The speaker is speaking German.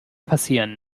passieren